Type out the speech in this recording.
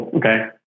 Okay